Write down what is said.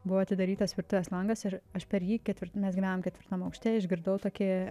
buvo atidarytas virtuvės langas ir aš per jį ketvir mes gyvenam ketvirtam aukšte išgirdau tokį